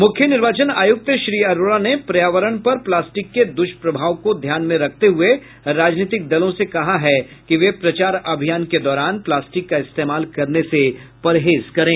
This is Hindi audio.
मुख्य निर्वाचन आयुक्त श्री अरोड़ा ने पर्यावरण पर प्लास्टिक के द्ष्प्रभाव को ध्यान में रखते हुए राजनीतिक दलों से कहा कि वे प्रचार अभियान के दौरान प्लास्टिक का इस्तेमाल करने से परहेज करें